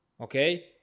Okay